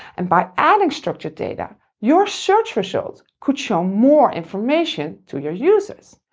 and by adding structured data, your search result could show more information to your users.